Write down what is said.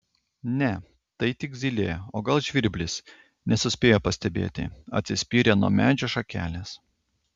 ne tai tik zylė o gal žvirblis nesuspėjo pastebėti atsispyrė nuo medžio šakelės